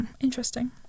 interesting